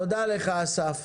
תודה לך, אסף.